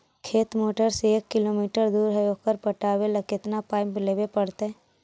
खेत मोटर से एक किलोमीटर दूर है ओकर पटाबे ल केतना पाइप लेबे पड़तै?